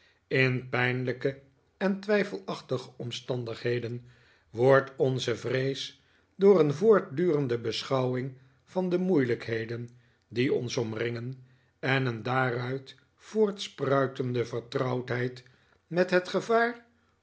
in pijnlijke en twijfelachtige omstandigheden wordt onze vrees door een voortdurende beschouwing van de moeilijkheden die ons omringen en een daaruit voortspruitende vertrouwdheid met het gevaar